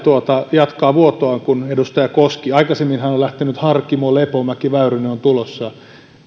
jatkaa vuotoaan edustaja kosken myötä aikaisemminhan on lähtenyt harkimo lepomäki väyrynen on tulossa